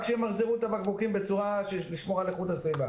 רק שימחזרו את הבקבוקים בצורה שתשמור על איכות הסביבה